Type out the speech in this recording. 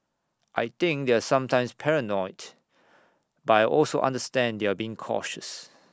I think they're sometimes paranoid but I also understand you're being cautious